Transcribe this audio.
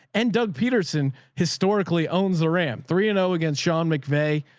and doug peterson historically owns the ram three and o against sean mcvay.